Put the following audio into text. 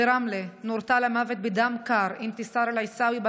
ברמלה נורתה למוות בדם קר אנתסאר אל עיסאווי,